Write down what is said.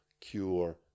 cure